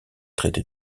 traité